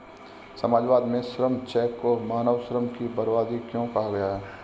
समाजवाद में श्रम चेक को मानव श्रम की बर्बादी क्यों कहा गया?